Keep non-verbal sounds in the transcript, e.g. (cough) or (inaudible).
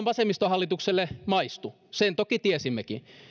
(unintelligible) vasemmistohallitukselle maistu sen toki tiesimmekin